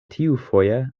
tiufoje